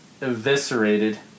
eviscerated